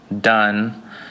done